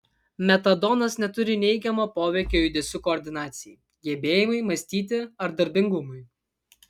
metadonas neturi neigiamo poveikio judesių koordinacijai gebėjimui mąstyti ar darbingumui